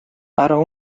ära